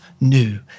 new